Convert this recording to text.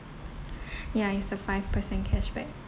ya it's a five percent cashback